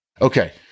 Okay